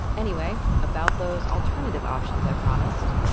anyway, about those alternative options i promised,